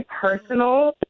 personal